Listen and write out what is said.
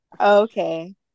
okay